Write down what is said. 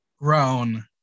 Grown